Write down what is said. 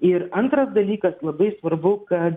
ir antras dalykas labai svarbu kad